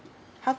how